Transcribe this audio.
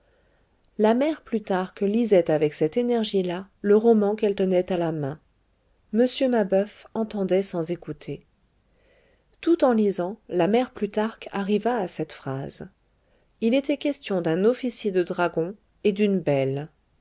la mère plutarque lisait avec cette énergie là le roman qu'elle tenait à la main m mabeuf entendait sans écouter tout en lisant la mère plutarque arriva à cette phrase il était question d'un officier de dragons et d'une belle